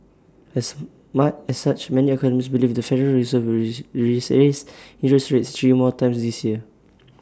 as such many economists believe the federal reserve will raise interest rates three more times this year